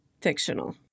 fictional